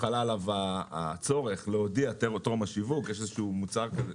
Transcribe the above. חל עליו הצורך להודיע טרום השיווק שיש